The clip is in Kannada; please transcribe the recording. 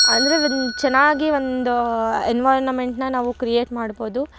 ಅಂದರೆ ಒಂದು ಚೆನ್ನಾಗಿ ಒಂದು ಎನ್ವೈರ್ನಮೆಂಟ್ನ ನಾವು ಕ್ರಿಯೇಟ್ ಮಾಡ್ಬೋದು